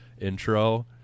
intro